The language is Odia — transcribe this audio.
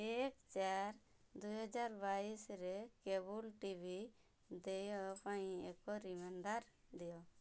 ଏକ ଚାରି ଦୁଇ ହଜାର୍ ବାଇଶିରେ କେବୁଲ୍ ଟିଭି ଦେୟ ପାଇଁ ଏକ ରିମାଣ୍ଡର୍ ଦିଅ